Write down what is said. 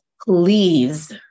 please